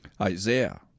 Isaiah